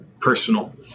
personal